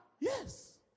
Yes